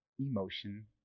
emotion